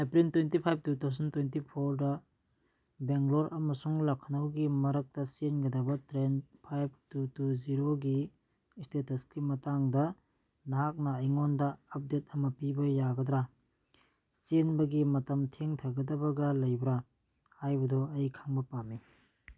April twenty five two thousand twenty ꯐꯣꯔꯗ ꯕꯦꯡꯒ꯭ꯂꯣꯔ ꯑꯃꯁꯨꯡ ꯂꯈꯅꯧꯒꯤ ꯃꯔꯛꯇ ꯆꯦꯟꯒꯗꯕ ꯇ꯭ꯔꯦꯟ ꯐꯥꯏꯚ ꯇꯨ ꯇꯨ ꯖꯤꯔꯣꯒꯤ ꯁ꯭ꯇꯦꯇꯁꯀꯤ ꯃꯇꯥꯡꯗ ꯅꯍꯥꯛꯅ ꯑꯩꯉꯣꯟꯗ ꯑꯞꯗꯦꯗ ꯑꯃ ꯄꯤꯕ ꯌꯥꯒꯗ꯭ꯔꯥ ꯆꯦꯟꯕꯒꯤ ꯃꯇꯝ ꯊꯦꯡꯊꯒꯗꯕꯒ ꯂꯩꯕ꯭ꯔꯥ ꯍꯥꯏꯕꯗꯨ ꯑꯩ ꯈꯪꯕ ꯄꯥꯝꯃꯤ